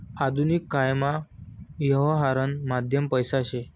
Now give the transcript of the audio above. आधुनिक कायमा यवहारनं माध्यम पैसा शे